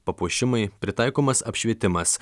papuošimai pritaikomas apšvietimas